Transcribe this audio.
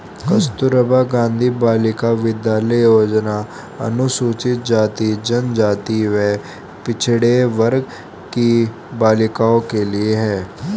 कस्तूरबा गांधी बालिका विद्यालय योजना अनुसूचित जाति, जनजाति व पिछड़े वर्ग की बालिकाओं के लिए है